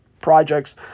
projects